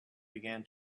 began